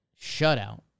shutout